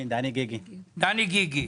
דני גיגי,